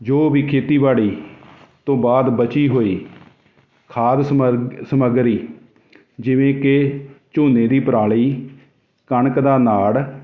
ਜੋ ਵੀ ਖੇਤੀਬਾੜੀ ਤੋਂ ਬਾਅਦ ਬਚੀ ਹੋਈ ਖਾਦ ਸਮ ਸਮੱਗਰੀ ਜਿਵੇਂ ਕਿ ਝੋਨੇ ਦੀ ਪਰਾਲੀ ਕਣਕ ਦਾ ਨਾੜ